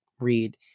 read